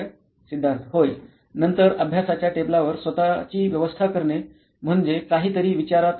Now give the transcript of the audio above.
सिद्धार्थ होयनंतर अभ्यासाच्या टेबलावर स्वतची व्यवस्था करणे म्हणजे काहीतरी विचारात घेणारा नाही